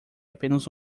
apenas